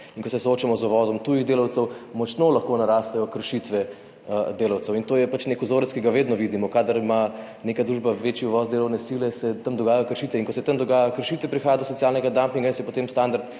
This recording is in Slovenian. in ko se soočamo z uvozom tujih delavcev, lahko močno narastejo kršitve delavcev. To je pač nek vzorec, ki ga vedno vidimo. Kadar ima neka družba večji uvoz delovne sile, se tam dogajajo kršitve in ko se tam dogajajo kršitve, prihaja do socialnega dumpinga in se potem standard